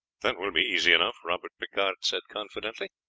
that will be easy enough, robert picard said confidently.